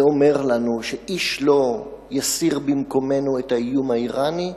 זה אומר לנו שאיש לא יסיר במקומנו את האיום האירני,